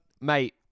Mate